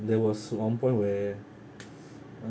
there was one point where